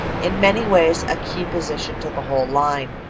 in many ways a key-position to the whole line.